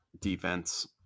defense